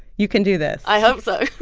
you can do this i hope so